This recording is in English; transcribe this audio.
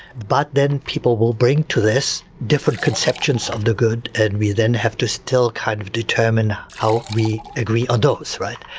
but then people will bring to this different conceptions of the good and we then have to still kind of determine how we agree on those right.